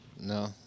No